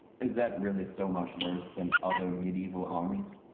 is that really so much worse than other medieval armies?